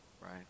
right